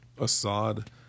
Assad